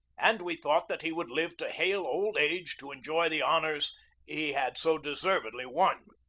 and we thought that he would live to hale old age to enjoy the honors he had so deservedly won.